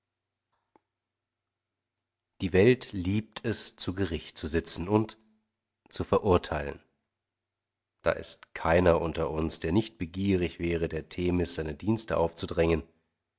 die welt liebt es zu gericht zu sitzen und zu verurteilen da ist keiner unter uns der nicht begierig wäre der themis seine dienste aufzudrängen